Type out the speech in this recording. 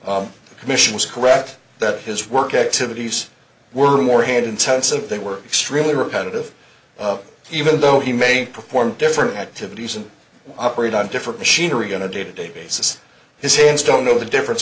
the commission was correct that his work activities were more hand intensive they were extremely repetitive even though he may perform different activities and operate on different machinery going to day to day basis his hands don't know the difference